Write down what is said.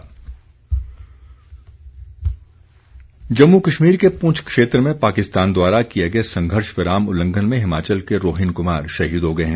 शहीद जम्मू कश्मीर के पुंछ क्षेत्र में पाकिस्तान द्वारा किए गए संघर्ष विराम उल्लंघन में हिमाचल के रोहिन कुमार शहीद हो गए हैं